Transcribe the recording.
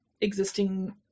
existing